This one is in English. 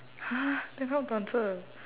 !huh! then how to answer